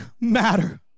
matter